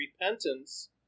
repentance